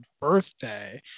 birthday